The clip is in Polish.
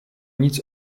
nic